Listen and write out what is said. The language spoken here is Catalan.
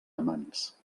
amants